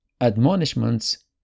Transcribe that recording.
admonishments